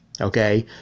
okay